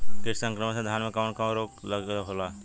कीट संक्रमण से धान में कवन कवन रोग होला?